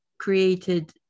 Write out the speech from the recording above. created